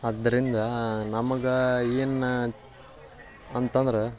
ಆದ್ರಿಂದ ನಮಗೆ ಏನು ಅಂತಂದ್ರೆ